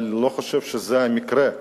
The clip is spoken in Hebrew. אבל אני לא חושב שזה המקרה.